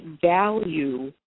value